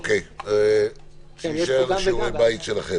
אוקיי, שיישאר שיעורי בית שלכם.